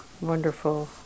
wonderful